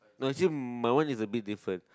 no you see my one is a bit different